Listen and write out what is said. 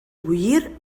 bullir